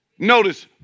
Notice